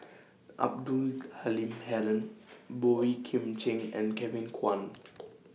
Abdul Halim Haron Boey Kim Cheng and Kevin Kwan